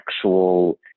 actual